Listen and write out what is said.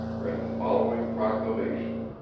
ran the following proclamation